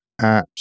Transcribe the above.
apps